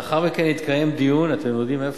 לאחר מכן יתקיים דיון, אתם יודעים איפה?